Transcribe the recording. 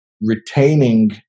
retaining